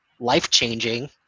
life-changing